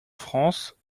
france